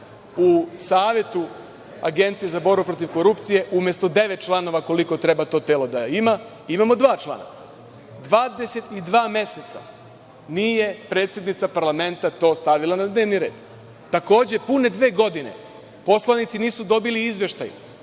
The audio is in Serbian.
u Savetu Agencije za borbu protiv korupcije, umesto devet članova, koliko treba to telo da ima, imamo dva člana. Dvadeset i dva meseca nije predsednica parlamenta to stavila na dnevni red. Takođe, pune dve godine poslanici nisu dobili izveštaj